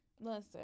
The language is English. Listen